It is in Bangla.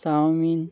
চাউমিন